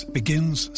begins